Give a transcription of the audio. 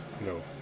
No